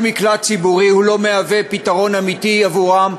וכל מקלט ציבורי לא מהווה פתרון אמיתי עבורם.